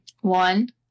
One